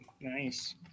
nice